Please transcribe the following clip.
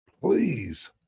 please